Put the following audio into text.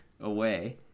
away